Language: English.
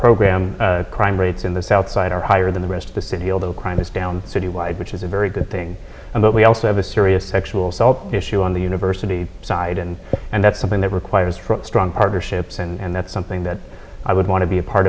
program crime rates in the south side are higher than the rest of the city although crime is down citywide which is a very good thing but we also have a serious sexual assault issue on the university side and and that's something that requires a strong partnerships and that's something that i would want to be a part